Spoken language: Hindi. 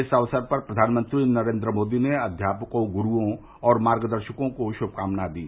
इस अवसर पर प्रधानमंत्री नरेन्द्र मोदी ने अध्यापकों गुरूओं और मार्गदर्शको को शुभकामना दी